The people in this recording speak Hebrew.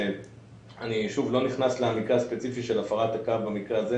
אני לא נכנס למקרה הספציפי של ההפרה במקרה הזה,